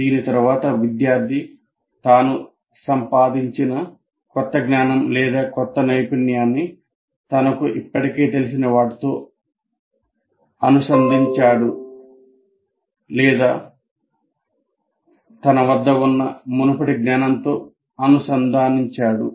దీని తరువాత విద్యార్ధి తాను సంపాదించిన క్రొత్త జ్ఞానం లేదా క్రొత్త నైపుణ్యాన్ని తనకు ఇప్పటికే తెలిసిన వాటితో అనుసంధానించాడు లేదా తన వద్ద ఉన్న మునుపటి జ్ఞానంతో అనుసంధానించాడు